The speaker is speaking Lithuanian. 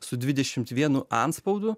su dvidešimt vienu antspaudu